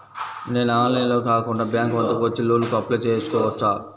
నేను ఆన్లైన్లో కాకుండా బ్యాంక్ వద్దకు వచ్చి లోన్ కు అప్లై చేసుకోవచ్చా?